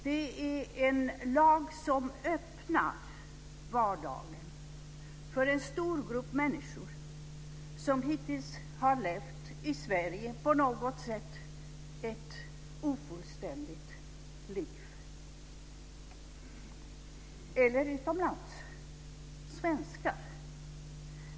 Det är en lag som öppnar vardagen för en stor grupp människor som hittills på något sätt har levt ett ofullständigt liv i Sverige eller utomlands.